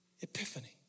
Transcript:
Epiphany